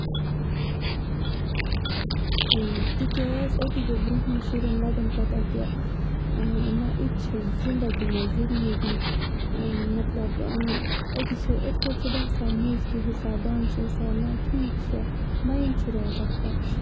تِکیازِ أتی گژھِ برونٛٹھ مٮ۪ن شُرٮ۪ن لگُن پَتہ کہِ نہ یہِ تہِ چھُ زِندگی منٛز ضروٗری مطلب أتی چھُ یِتھ پٲٹھۍ چھُ باسان موٗزکہٕ حِِسابہٕ ڈانسہٕ حِسابہٕ نہ ٹھیٖک چھُ مَینٛڈ چھُ روزان فریش